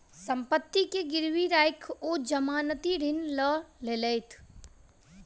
सम्पत्ति के गिरवी राइख ओ जमानती ऋण लय लेलैथ